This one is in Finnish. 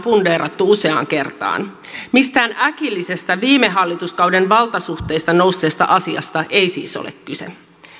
fundeerattu useaan kertaan mistään äkillisestä viime hallituskauden valtasuhteista nousseesta asiasta ei siis ole kyse